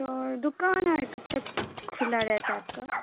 تو دکان ہے کب تک کھلا رہتا ہے آپ کا